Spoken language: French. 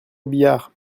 robiliard